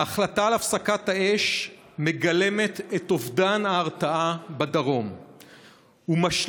ההחלטה על הפסקת האש מגלמת את אובדן ההרתעה בדרום ומשליכה